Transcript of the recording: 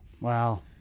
Wow